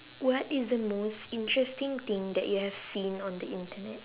what is the most interesting thing that you have seen on the internet